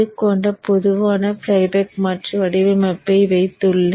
கொண்ட பொதுவான ஃப்ளைபேக் மாற்றி வடிவமைப்பை வைத்துள்ளேன்